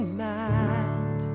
mad